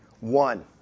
One